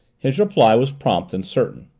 his reply was prompt and certain.